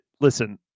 listen